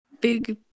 big